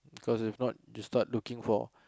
cause if not you start looking for